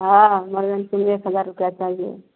हँ इमरजेन्सीमे एक हजार रुपैआ चाहिए